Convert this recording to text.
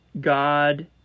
God